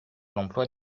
l’emploi